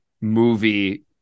movie